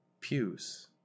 pews